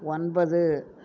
ஒன்பது